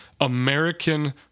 American